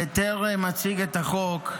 בטרם אציג את החוק,